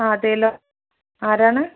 ആ അതേല്ലോ ആരാണ്